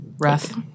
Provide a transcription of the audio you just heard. Rough